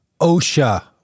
OSHA